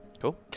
Cool